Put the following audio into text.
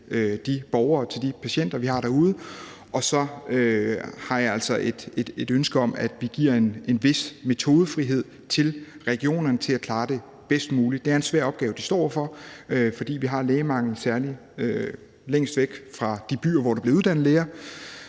de borgere, til de patienter, vi har derude. Og så har jeg altså et ønske om, at vi giver en vis metodefrihed til regionerne for at klare det bedst muligt. Det er en svær opgave, de står over for, fordi vi har lægemangel, særlig længst væk fra de byer, hvor der bliver uddannet læger,